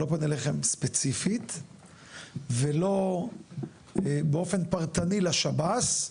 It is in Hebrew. אני לא פונה אליכם ספציפית ולא באופן פרטני לשב"ס,